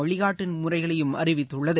வழிகாட்டு முறைகளையும் அறிவித்துள்ளது